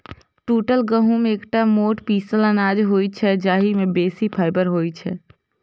टूटल गहूम एकटा मोट पीसल अनाज होइ छै, जाहि मे बेसी फाइबर होइ छै